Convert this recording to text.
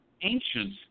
ancient